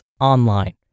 online